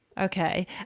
Okay